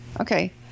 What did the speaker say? Okay